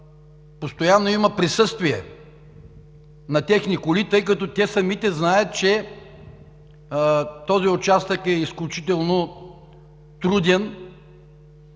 постоянно има присъствие на техни коли, тъй като те самите знаят, че този участък е изключително труден.